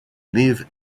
live